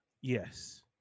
Yes